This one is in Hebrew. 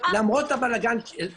למרות הבלגן ש --- כן.